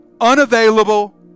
Unavailable